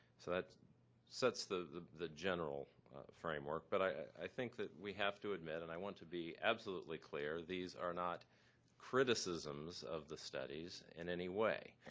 so that sets the the general framework. but i think that we have to admit and i want to be absolutely clear these are not criticisms of the studies in any way,